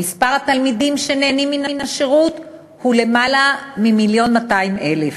ומספר התלמידים שנהנים מן השירות הוא למעלה מ-1.2 מיליון.